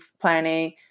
planning